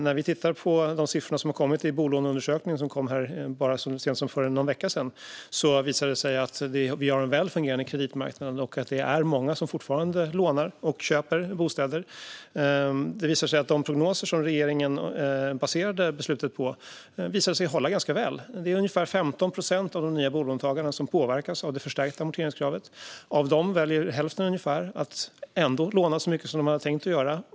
Vi kan titta på siffrorna i bolåneundersökningen, som kom så sent som för någon vecka sedan. Det visar sig att vi har en väl fungerande kreditmarknad och att det är många som fortfarande lånar och köper bostäder. De prognoser som regeringen baserade beslutet på visar sig hålla ganska väl. Det är ungefär 15 procent av de nya bolåntagarna som påverkas av det förstärkta amorteringskravet. Av dem väljer ungefär hälften att ändå låna så mycket som de hade tänkt göra.